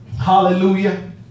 Hallelujah